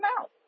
out